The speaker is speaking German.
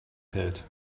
pellt